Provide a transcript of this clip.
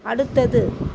அடுத்தது